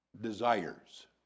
desires